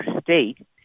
state